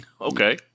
Okay